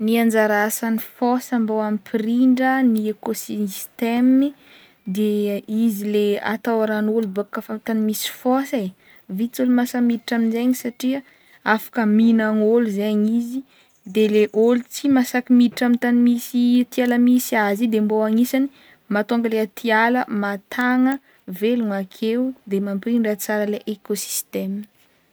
Ny anjara asan'ny fôsa mbô ampirindra ny ekôsistemy de izy le atahoran'olo bô kaofa amy tany misy fôsa e vitsy olo mahasahy miditra amizegny satria afaka mihignan'ôlo zegny izy, de le ôlo tsy mahasaky miditry amy tany misy- atiala misy azy i, de mbô anisan'ny mahatonga le atiala mahatagna, velogna akeo de mampirindra tsara le ekôsistema.